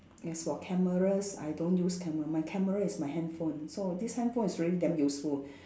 as for cameras I don't use camera my camera is my handphone so this handphone is really damn useful